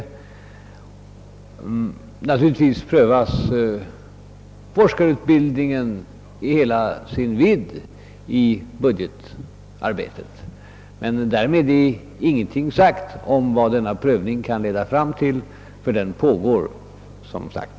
I budgetarbetet prövas naturligtvis kostnaderna för forskarutbildningen i helå sin vidd, men därmed är ingenting sagt om vad denna prövning kan leda fram till. Men den pågår, som sagt.